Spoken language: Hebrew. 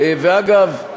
אגב,